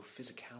physicality